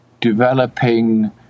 developing